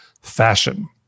fashion